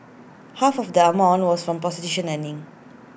half of that amount was from prostitution earnings